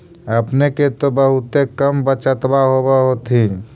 अपने के तो बहुते कम बचतबा होब होथिं?